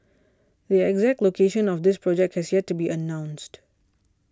the exact location of the project has yet to be announced